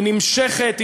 היא נמשכת.